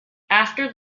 after